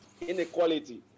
inequality